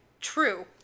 True